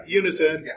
unison